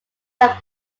are